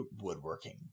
woodworking